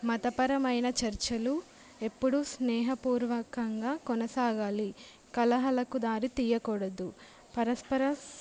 మతపరమైన చర్చలు ఎప్పుడు స్నేహపూర్వకంగా కొనసాగాలి కలహాలకు దారి తీయకూడదు పరస్పర